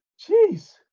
Jeez